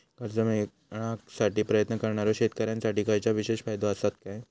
कर्जा मेळाकसाठी प्रयत्न करणारो शेतकऱ्यांसाठी खयच्या विशेष फायदो असात काय?